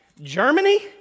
Germany